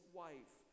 wife